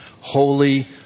holy